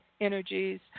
energies